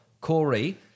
Corey